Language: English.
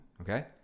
okay